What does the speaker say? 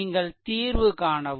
நீங்கள் தீர்வு காணவும்